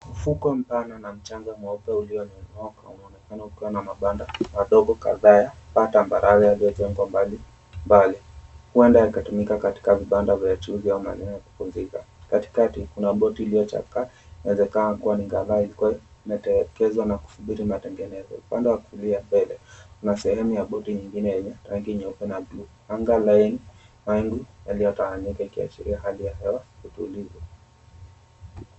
Fukwe mpana una mchanga mweupe ulionyoka unaonekano ukiwa na mabanda madoko kadhaa ya paa tambarare yaliyojengwa mbalimbali uenda yakatumika katika vibanda ya mchuzi au maeneo ya kupumzika. Katikati kuna boti iliyochakaa yawezekana kuwa ni kadhaa ilikuwa imetelegezwa na kusubiri matengenezo. Upande wa kulia mbele kuna boti nyingine yenye rangi nyeupe na buluu. Anga laini mawingu yaliyotawanyika ikiashiria hali ya hewa tulivu.